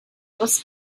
was